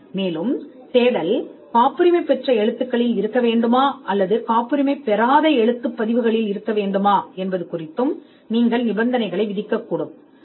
எனவே அல்லது தேடலில் காப்புரிமை இலக்கியங்கள் மற்றும் காப்புரிமை இலக்கியங்கள் இருக்க வேண்டுமா என்பதையும் நீங்கள் விதிக்கலாம்